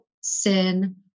sin